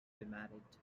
remarried